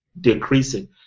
decreasing